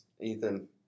Ethan